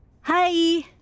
Hi